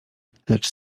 lecz